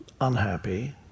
unhappy